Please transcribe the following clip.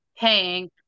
paying